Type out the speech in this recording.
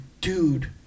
dude